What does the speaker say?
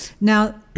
Now